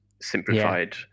simplified